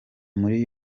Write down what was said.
muri